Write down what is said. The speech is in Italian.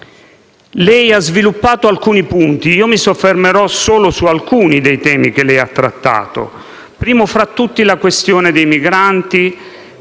ha sviluppato diversi punti. Io mi soffermerò solo su alcuni dei temi che lei ha trattato. Prima fra tutte c'è la questione dei migranti,